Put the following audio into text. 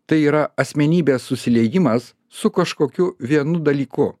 tai yra asmenybės susiliejimas su kažkokiu vienu dalyku